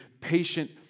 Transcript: patient